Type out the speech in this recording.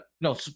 no